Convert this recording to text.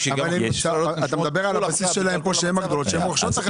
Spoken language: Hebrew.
אתה מדבר על הבסיס שלהן כאן כשהן רוכשות את החברה.